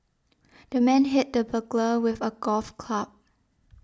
the man hit the burglar with a golf club